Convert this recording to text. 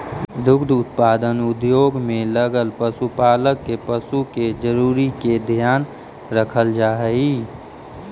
दुग्ध उत्पादन उद्योग में लगल पशुपालक के पशु के जरूरी के ध्यान रखल जा हई